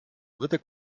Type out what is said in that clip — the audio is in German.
dritte